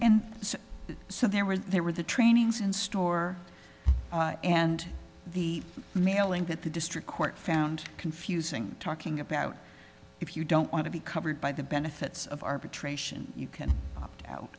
and so there were there were the trainings and store and the mailing that the district court found confusing talking about if you don't want to be covered by the benefits of arbitration you can opt out